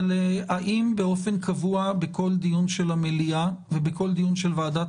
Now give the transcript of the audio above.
האם באופן קבוע בכל דיון של המליאה ובכל דיון של ועדת